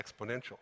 exponential